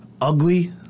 ugly